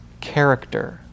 character